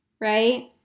Right